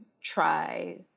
try